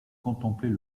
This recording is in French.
contemplait